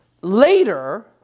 later